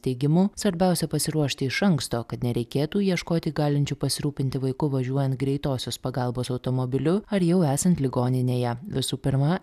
teigimu svarbiausia pasiruošti iš anksto kad nereikėtų ieškoti galinčių pasirūpinti vaiku važiuojant greitosios pagalbos automobiliu ar jau esant ligoninėje visų pirma